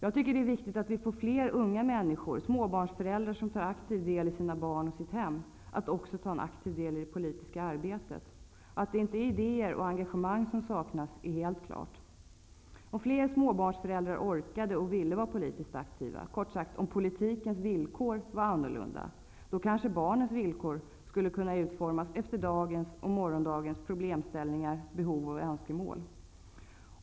Jag tycker att det är viktigt att vi får fler unga människor, småbarnsföräldrar som aktivt tar ansvar för sina barn och hem att också aktivt delta i det politiska arbetet. Att det inte är idéer och engagemang som saknas hos dem är helt klart. Om fler småbarnsföräldrar orkade och ville vara politiskt aktiva -- kort sagt om politikens villkor vore annorlunda -- skulle kanske barnens villkor utformas efter dagens och morgondagens problemställningar, behov och önskemål.